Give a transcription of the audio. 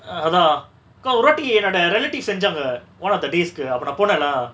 ah அதா அக்கா ஒருவாட்டி என்னோட:atha akka oruvaati ennoda relatives செஞ்சாங்க:senjaanga one of the days கு அப்ப நா போன:ku apa na pona lah